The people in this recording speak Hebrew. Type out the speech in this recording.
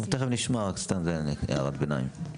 תכף נשמע, זו רק הייתה הערת ביניים.